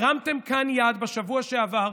הרמתם כאן יד בשבוע שעבר,